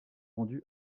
vendu